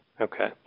Okay